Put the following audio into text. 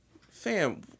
Fam